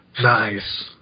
Nice